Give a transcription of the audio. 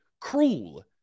cruel